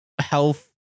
health